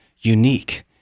unique